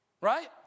Right